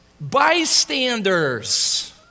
bystanders